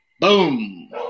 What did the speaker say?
Boom